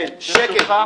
כן, שקט.